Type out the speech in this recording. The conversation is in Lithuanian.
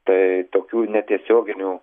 tai tokių netiesioginių